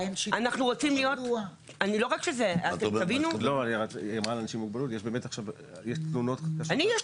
היא דיברה על אנשים עם מוגבלויות באמת יש תלונות קשות על כך